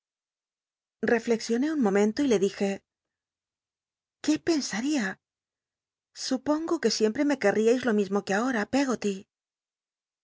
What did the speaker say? reflexioné un momento y le dije qué pensaría supongo que siempre me querríais lo mismo que ahora peggoty en